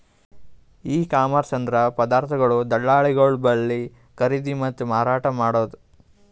E commerce ಅಂದ್ರ ಪದಾರ್ಥಗೊಳ್ ದಳ್ಳಾಳಿಗೊಳ್ ಬಲ್ಲಿ ಖರೀದಿ ಮತ್ತ್ ಮಾರಾಟ್ ಮಾಡದು